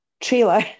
Trailer